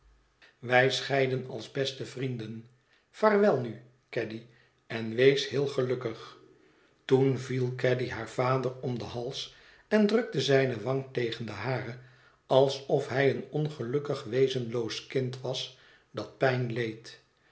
wij scheiden als beste vrienden vaarwel nu caddy en wees heel gelukkig toen viel caddy haar vader om den hals en drukte zijne wang tegen de hare alsof hij een ongelukkig wezenloos kind was dat pijn leed